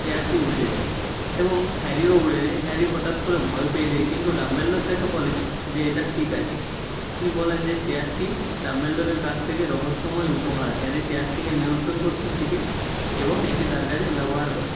চেয়ারটি উঠে যায় এবং হ্যারিও উড়ে যায় হ্যারি হঠাৎ করে ভয় পেয়ে যায় কিন্তু ডাম্বেলডর তাকে বলে যে এটা ঠিক আছে তিনি বলেন যে চেয়ারটি ডাম্বেলডরের কাছ থেকে রহস্যময় উপহার হ্যারি চেয়ারটিকে নিয়ন্ত্রণ করতে শেখে এবং এটি তার কাজে ব্যবহার করে